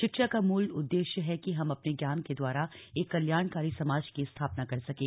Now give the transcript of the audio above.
शिक्षा का मूल उद्देश्य है कि हम अपने ज्ञान के द्वारा एक कल्याणकारी समाज की स्थापना कर सकें